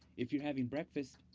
if you're having breakfast.